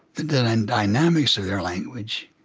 the and dynamics of their language.